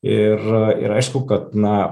ir ir aišku kad na